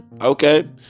Okay